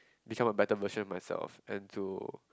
become a better machine in myself and to